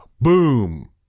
boom